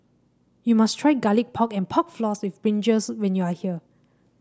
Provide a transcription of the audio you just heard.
you must try Garlic Pork and Pork Floss with brinjal when you are here